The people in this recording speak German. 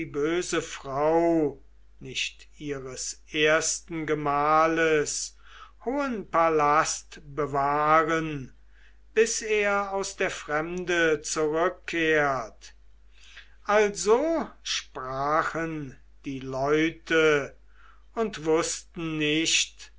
böse frau nicht ihres ersten gemahles hohen palast bewahren bis er aus der fremde zurückkehrt also sprachen die leute und wußten nicht